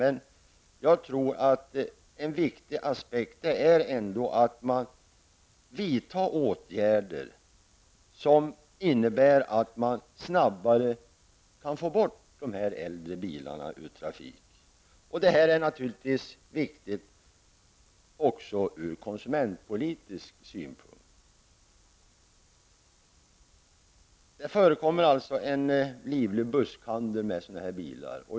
Men jag tror att en viktig aspekt är att man bör vidta åtgärder som innebär att man snabbare kan få bort de här äldre bilarna ur trafiken. Detta är naturligtvis viktigt också ur konsumentpolitisk synpunkt. Det förekommer alltså en livlig buskhandel med sådana här bilar.